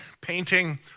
painting